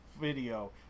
video